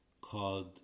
called